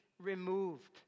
removed